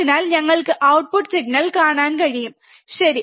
അതിനാൽ ഞങ്ങൾക്ക്ഔട്ട്പുട്ട് സിഗ്നൽ കാണാൻ കഴിയും ശരി